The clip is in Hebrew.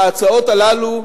ההצעות הללו,